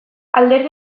alderdi